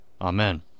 Amen